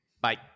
Bye